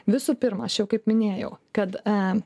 visų pirma aš jau kaip minėjau kad e